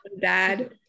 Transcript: dad